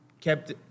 kept